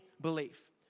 belief